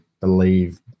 believe